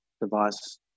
device